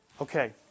Okay